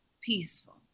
peaceful